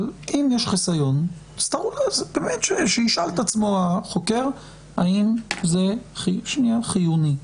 אם יש חיסיון, שישאל את עצמו החוקר האם זה חיוני.